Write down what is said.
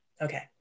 Okay